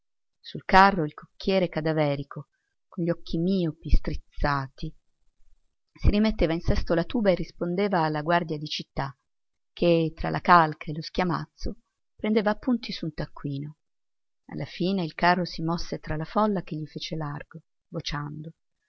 sul carro il cocchiere cadaverico con gli occhi miopi strizzati si rimetteva in sesto la tuba e rispondeva alla guardia di città che tra la calca e lo schiamazzo prendeva appunti su un taccuino alla fine il carro si mosse tra la folla che gli fece largo vociando